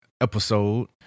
episode